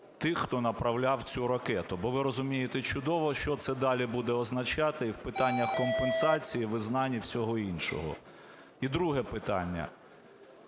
тих, хто направляв цю ракету? Бо ви розумієте чудово, що це далі буде означати і в питаннях компенсації, визнань і всього іншого. І друге питання